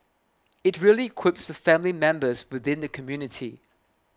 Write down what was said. it really equips the family members within the community